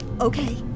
Okay